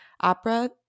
opera